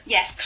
Yes